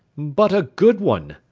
but a good one?